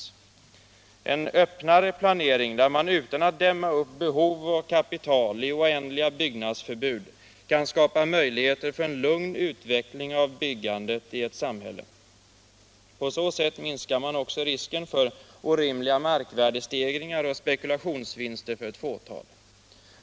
Med en öppnare planering, där man utan att dimma upp behov och kapital i oändliga byggnadsförbud kan skapa möjligheter för en lugn utveckling av byggandet i ett samhälle, minskar också risken för orimliga markvärdestegringar och spekulationsvinster för ett fåtal.